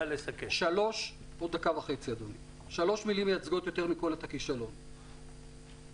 שלוש מילים מייצגות יותר מכול את הכישלון בהתמודדות,